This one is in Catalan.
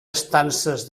estances